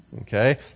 Okay